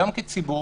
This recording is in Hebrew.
גם כציבור,